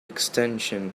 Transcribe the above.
extension